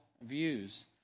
views